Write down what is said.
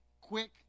quick